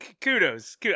kudos